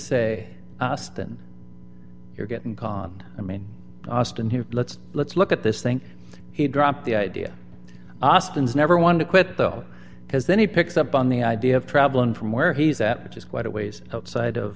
say us than you're getting caught i mean austin here let's let's look at this thing he dropped the idea austin's never wanted to quit though because then he picks up on the idea of travelling from where he's at which is quite a ways outside of